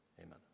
amen